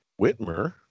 Whitmer